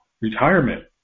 retirement